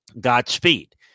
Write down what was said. Godspeed